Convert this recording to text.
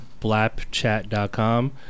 blapchat.com